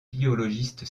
biologiste